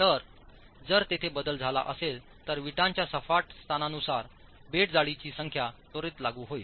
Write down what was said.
तर जर तेथे बदल झाला असेल तर विटांच्या सपाट स्थानानुसार बेड जोडांची संख्या त्वरित लागू होईल